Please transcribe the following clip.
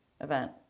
event